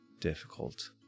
difficult